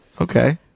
okay